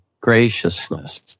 graciousness